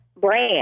brand